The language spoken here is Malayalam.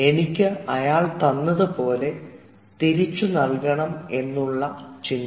എനിക്ക് അയാൾ തന്നത് പോലെ തിരിച്ചുനൽകണം എന്നുള്ള ചിന്ത